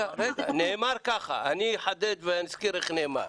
נאמר כך, אני אחדד ואזכיר איך נאמר.